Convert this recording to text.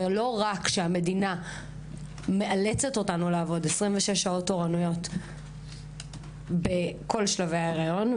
ולא רק שהמדינה מאלצת אותנו לעבוד 26 שעות תורנויות בכל שלבי ההיריון,